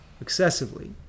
excessively